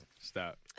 stop